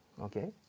okay